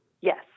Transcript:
Yes